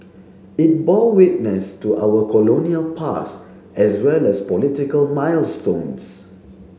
it bore witness to our colonial past as well as political milestones